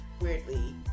weirdly